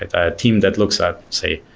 a team that looks at say,